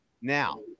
Now